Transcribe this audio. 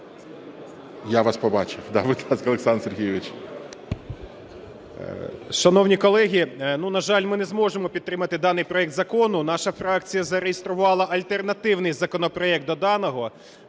Я вас побачив. Будь ласка, Олександр Сергійович.